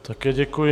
Také děkuji.